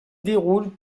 déroulent